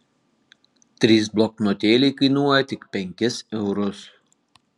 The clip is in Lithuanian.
trys bloknotėliai kainuoja tik penkis eurus